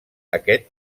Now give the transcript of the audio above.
aquest